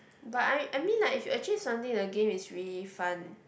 but I I I mean like if you achieve something the game is really fun